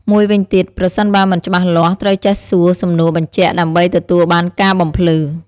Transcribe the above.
មួយវិញទៀត ប្រសិនបើមិនច្បាស់លាស់ ត្រូវចេះសួរសំណួរបញ្ជាក់ដើម្បីទទួលបានការបំភ្លឺ។